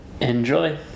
Enjoy